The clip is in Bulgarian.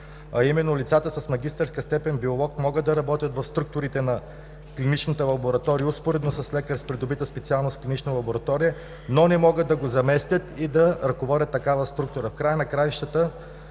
а именно: лицата с магистърска степен „биолог“ могат да работят в структурите на клиничната лаборатория успоредно с лекар с придобита специалност „клинична лаборатория“, но не могат да го заместят и да ръководят такава структура. В края на краищата